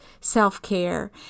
self-care